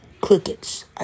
Crickets